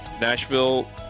Nashville